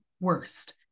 worst